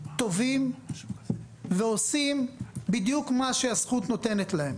טובים ועושים בדיוק מה שהזכות נותנת להם.